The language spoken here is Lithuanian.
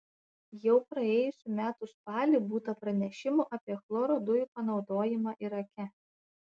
jau praėjusių metų spalį būta pranešimų apie chloro dujų panaudojimą irake